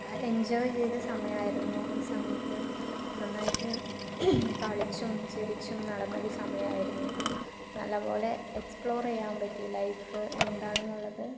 enjoy ചെയ്ത സമയമായിരുന്നു ആ സമയത്തു നന്നായിട്ടു കളിച്ചും ചിരിച്ചും നടന്നൊരു സമയമായിരുന്നു നല്ല പോലെ എക്സ്പ്ലോർ ചെയ്യാൻ പറ്റി ലൈഫ് എന്താണെന്നുള്ളത്